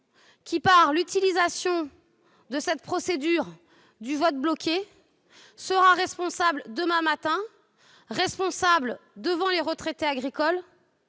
qui, par l'utilisation de cette procédure du vote bloqué, sera responsable demain matin devant les retraités agricoles